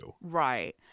Right